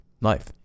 life